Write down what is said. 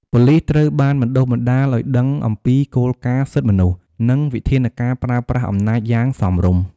ប៉ូលីសត្រូវបានបណ្ដុះបណ្ដាលឱ្យដឹងអំពីគោលការណ៍សិទ្ធិមនុស្ស និងវិធានការប្រើប្រាស់អំណាចយ៉ាងសមរម្យ។